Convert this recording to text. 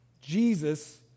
Jesus